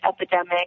epidemic